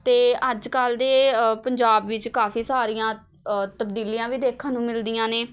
ਅਤੇ ਅੱਜ ਕੱਲ੍ਹ ਦੇ ਪੰਜਾਬ ਵਿੱਚ ਕਾਫ਼ੀ ਸਾਰੀਆਂ ਤਬਦੀਲੀਆਂ ਵੀ ਦੇਖਣ ਨੂੰ ਮਿਲਦੀਆਂ ਨੇ